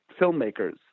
filmmakers